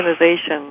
organization